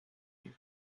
you